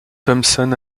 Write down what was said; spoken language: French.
thompson